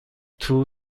two